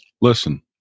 Listen